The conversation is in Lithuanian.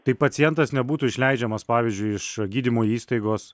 taip pacientas nebūtų išleidžiamas pavyzdžiui iš gydymo įstaigos